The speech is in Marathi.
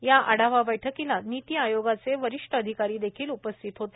या आढावा बैठकीला नीती आयोगाचे वरिष्ठ अधिकारी देखील उपस्थित होते